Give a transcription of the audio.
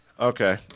Okay